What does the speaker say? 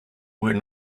were